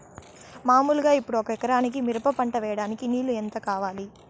మామూలుగా ఇప్పుడు ఒక ఎకరా మిరప పంట వేయడానికి నీళ్లు ఎంత కావాలి?